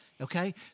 Okay